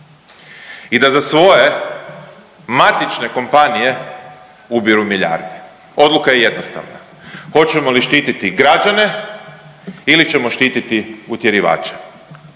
i da za svoje matične kompanije ubiru milijarde. Odluka je jednostavna. Hoćemo li štititi građane ili ćemo štititi utjerivače.